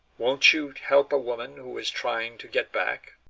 won't you help a woman who is trying to get back?